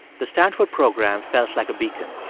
the stanford program felt like a beacon.